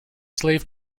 slave